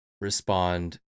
respond